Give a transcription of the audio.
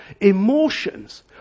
emotions